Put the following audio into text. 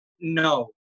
No